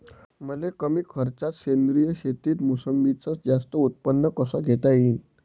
मले कमी खर्चात सेंद्रीय शेतीत मोसंबीचं जास्त उत्पन्न कस घेता येईन?